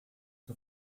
que